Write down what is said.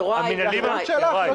זו אחריות שלך.